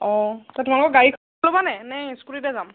অঁ তোমালোকৰ গাড়ী ল'বানে নে স্কুটীতে যাম